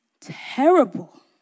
terrible